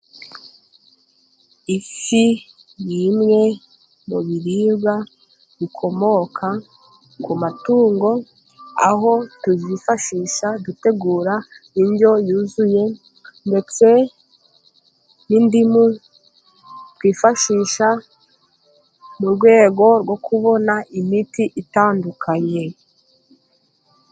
Ifi ni imwe mu biribwa bikomoka ku matungo, aho tuzifashisha dutegura indyo yuzuye, ndetse n'indimu twifashisha, mu rwego rwo kubona imiti itandukanye.